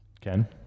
Ken